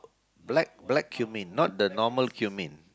black black cumin not the normal cumin